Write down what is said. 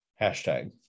Hashtag